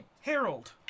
Harold